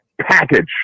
package